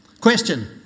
Question